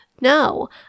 No